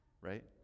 Right